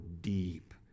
deep